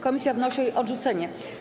Komisja wnosi o jej odrzucenie.